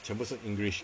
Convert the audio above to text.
全部是 english